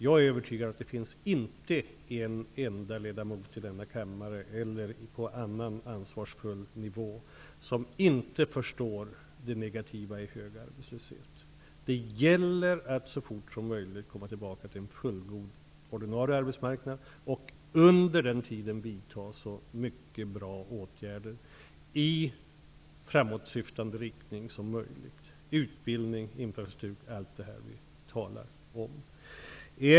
Jag är övertygad om att det inte finns en enda ledamot i denna kammare eller på annan ansvarsfull nivå som inte förstår det negativa i hög arbetslöshet. Det gäller att så fort som möjligt komma tillbaka till en fullgod ordinarie arbetsmarknad och under tiden vidta så bra åtgärder som möjligt i framåtsyftande riktning -- utbildning, infrastruktursatsningar osv.